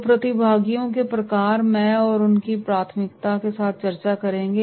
तो प्रतिभागियों के प्रकार मैं आप और उनकी प्राथमिकता के साथ चर्चा करेंगे